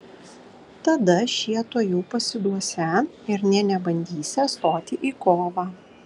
tada šie tuojau pasiduosią ir nė nebandysią stoti į kovą